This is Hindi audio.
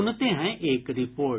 सुनते हैं एक रिपोर्ट